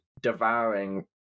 devouring